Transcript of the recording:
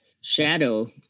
shadow